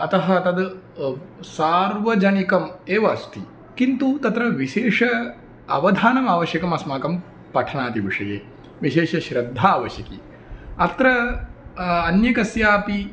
अतः तद् सार्वजनिकम् एव अस्ति किन्तु तत्र विशेषम् अवधानमावश्यकम् अस्माकं पठनादिविषये विशेषश्रद्धा आवश्यकी अत्र अन्ये कस्यापि